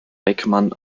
beckmann